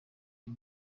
uyu